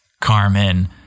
Carmen